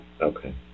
Okay